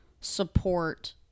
support